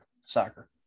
soccer